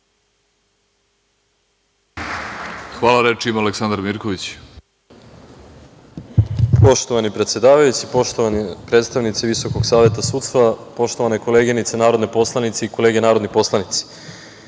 Mirković. **Aleksandar Mirković** Poštovani predsedavajući, poštovani predstavnici Visokog saveta sudstva, poštovane koleginice narodne poslanice i kolege narodni poslanici,